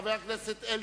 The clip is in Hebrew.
חבר הכנסת אלקין,